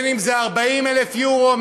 אם 40,000 יורו,